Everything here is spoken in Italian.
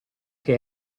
che